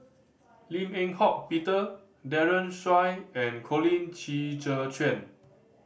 Lim Eng Hock Peter Daren Shiau and Colin Qi Zhe Quan